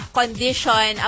condition